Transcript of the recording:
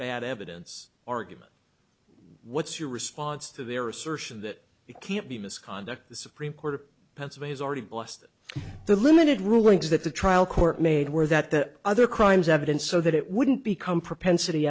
bad evidence argument what's your response to their assertion that it can't be misconduct the supreme court of pennsylvania's already lost the limited rulings that the trial court made aware that the other crimes evidence so that it wouldn't become propensity